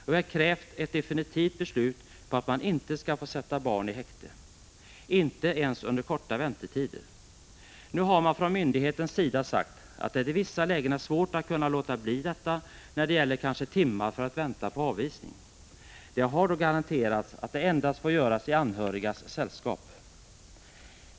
Vi har krävt ett definitivt beslut om att man inte skall få sätta barn i häkte, inte ens under korta väntetider. Nu har man från myndighetens sida sagt att det i vissa lägen är svårt att låta bli detta när det gäller kanske timmar i väntan på avvisning. Det har då garanterats att det endast får göras i anhörigas sällskap.